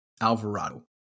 Alvarado